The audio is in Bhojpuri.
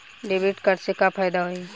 डेबिट कार्ड से का फायदा होई?